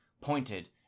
pointed